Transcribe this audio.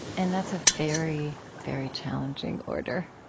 and that's a very, very challenging order